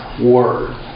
word